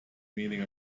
meaning